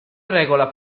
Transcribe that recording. regola